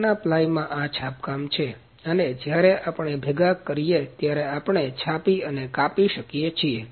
સાગના ply માં આ છાપકામ છે અને જ્યારે આપણે ભેગા કરીએ ત્યારે આપણે છાપી અને કાપીએ છીએ